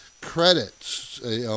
credits